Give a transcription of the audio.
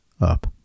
up